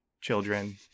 children